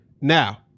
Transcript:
now